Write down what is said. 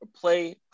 play